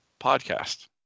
podcast